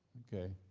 okay?